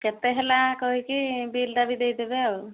କେତେ ହେଲା କହିକି ବିଲ୍ଟା ବି ଦେଇଦେବେ ଆଉ